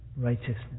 righteousness